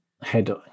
head